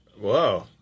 Whoa